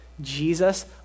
Jesus